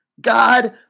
God